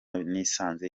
nisanze